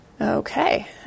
Okay